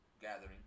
gathering